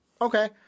okay